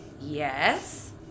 Yes